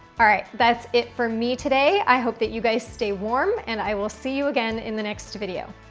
alright, that's it for me today. i hope that you guys stay warm and i will see you again in the next video.